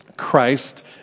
Christ